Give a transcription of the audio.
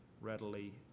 readily